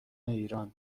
ایران